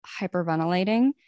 hyperventilating